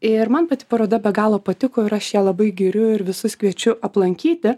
ir man pati paroda be galo patiko ir aš ją labai giriu ir visus kviečiu aplankyti